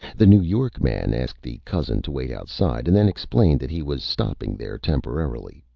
the new york man asked the cousin to wait outside, and then explained that he was stopping there temporarily.